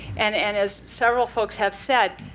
and and as several folks have said,